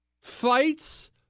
fights